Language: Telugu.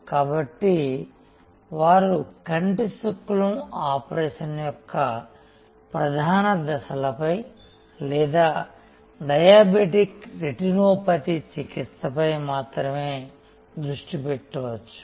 కాబట్టి వారు కంటిశుక్లం ఆపరేషన్ యొక్క ప్రధాన దశలపై లేదా డయాబెటిక్ రెటినోపతి చికిత్సపై మాత్రమే దృష్టి పెట్టవచ్చు